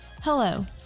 Hello